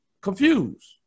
confused